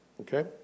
Okay